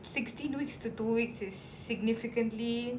sixteen weeks to two weeks is significantly